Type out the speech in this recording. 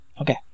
okay